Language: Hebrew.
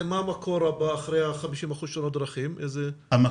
המקור הכי משמעותי שמשפיע על מספר הנפגעים אחרי תאונות דרכים זה טביעה.